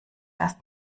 erst